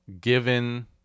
given